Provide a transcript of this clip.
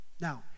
Now